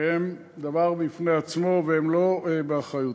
שהם דבר בפני עצמו והם לא באחריותי.